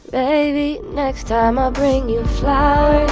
baby, next time, i'll bring you flowers.